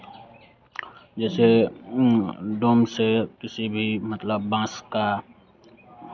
जैसे डोम से किसी भी मतलब बांस का